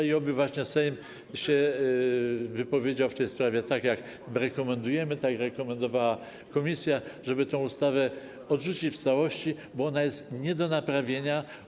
I oby Sejm się wypowiedział w tej sprawie, tak jak rekomendujemy, tak jak rekomendowała komisja, żeby tę ustawę odrzucić w całości, bo ona jest nie do naprawienia.